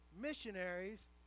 missionaries